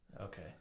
Okay